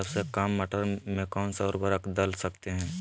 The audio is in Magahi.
सबसे काम मटर में कौन सा ऊर्वरक दल सकते हैं?